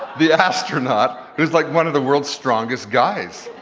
the astronaut, who's like one of the worlds strongest guys.